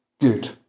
good